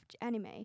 anime